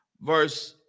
verse